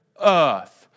earth